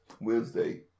Wednesday